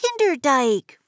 Kinderdijk